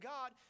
God